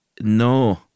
no